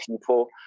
people